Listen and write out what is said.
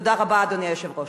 תודה רבה, אדוני היושב-ראש.